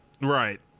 right